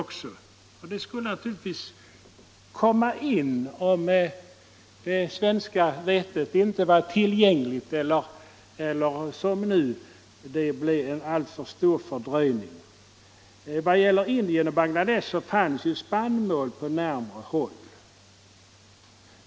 Man borde givetvis ha begagnat sig av ett sådant alternativ när det svenska vetet inte var tillgängligt eller om det som då var fallet tog alltför lång tid att transportera. Vad gäller Indien och Bangladesh fanns ju spannmål på närmare håll.